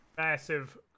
Massive